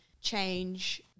change